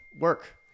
work